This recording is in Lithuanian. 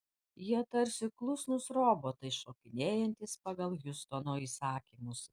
jie tarsi klusnūs robotai šokinėjantys pagal hiustono įsakymus